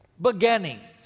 beginning